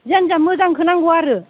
जियानो जा मोजांखौ नांगौ आरो